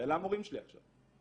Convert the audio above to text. ואלה המורים שלי עכשיו.